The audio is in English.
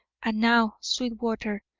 and now, sweetwater,